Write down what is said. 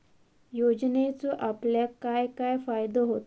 योजनेचो आपल्याक काय काय फायदो होता?